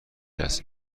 است